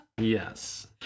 Yes